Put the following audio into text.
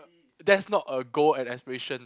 that's not a goal and aspiration